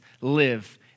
live